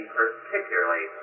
particularly